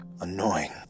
annoying